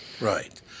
Right